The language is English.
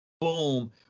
Boom